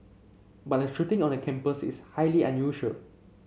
but a shooting on a campus is highly unusual